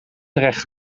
terecht